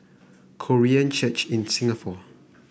Korean Church in Singapore